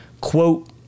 Quote